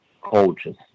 Coaches